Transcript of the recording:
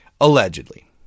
allegedly